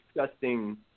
disgusting